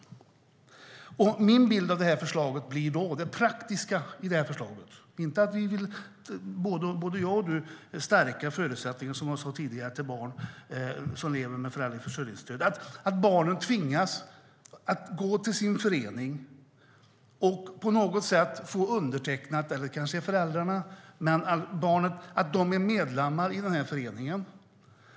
Både du och jag vill stärka förutsättningar för barn till föräldrar som lever med försörjningsstöd. Min bild av förslaget är att barnen eller kanske föräldrarna tvingas att gå till sin förening och få undertecknat att de är medlemmar i föreningen.